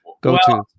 go-to